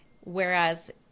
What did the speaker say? whereas